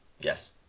Yes